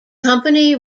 company